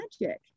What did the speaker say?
magic